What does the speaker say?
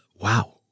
Wow